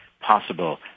possible